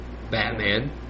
Batman